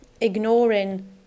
ignoring